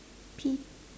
pea~